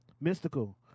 Mystical